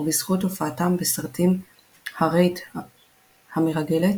ובזכות הופעתה בסרטים "הרייט המרגלת",